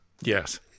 Yes